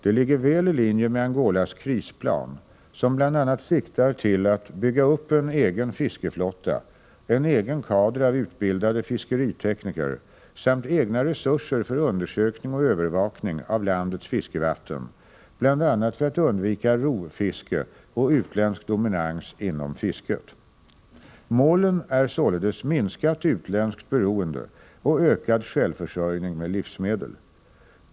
De ligger väl i linje med Angolas krisplan, som bl.a. siktar till att bygga upp en egen fiskeflotta, en egen kader av utbildade fiskeritekniker samt egna resurser för undersökning och övervakning av landets fiskevatten — bl.a. för att undvika rovfiske och utländsk dominans inom fisket. Målen är således minskat utländskt beroende och ökad självförsörjning med livsmedel.